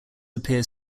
appear